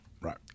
Right